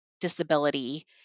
disability